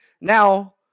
Now